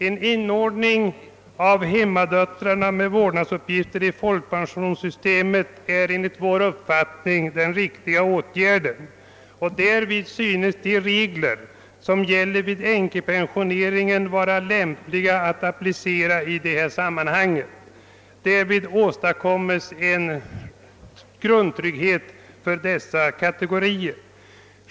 En inordning av gruppen hemmadöttrar med vårdnadsuppgifter i folkpen sionssystemet är enligt vår mening en riktig åtgärd, och därvid synes de regler som gäller för änkepensioneringen vara lämpliga att använda. Därmed skapar man en grundtrygghet för denna grupp medborgare.